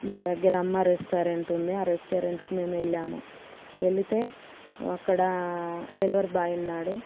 మా దగ్గర అమ్మా రెస్టారెంట్ ఉంది ఆ రెస్టారెంట్కి మేమెళ్ళాము వెళితే అక్కడ డెలివరీ బాయ్ ఉన్నాడు